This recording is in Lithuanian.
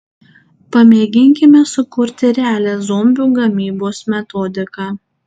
pamėginkime sukurti realią zombių gamybos metodiką